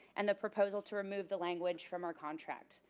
and the proposal to remove the language from our contract.